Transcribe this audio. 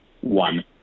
one